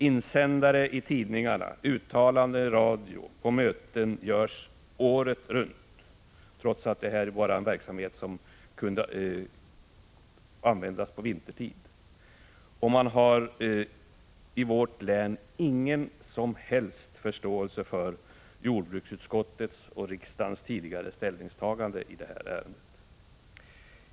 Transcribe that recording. Insändare i tidningar skrivs och uttalanden i radio görs året runt, trots att det här är en verksamhet som bara kan bedrivas vintertid. I vårt län finns ingen som helst förståelse för jordbruksutskottets och riksdagens tidigare ställningstagande i detta ärende.